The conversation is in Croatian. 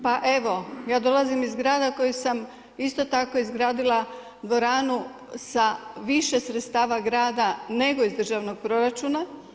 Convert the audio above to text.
Pa evo ja dolazim iz grada koji sam isto tako izgradila dvoranu sa više sredstava grada nego iz državnog proračuna.